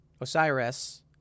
Osiris